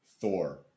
Thor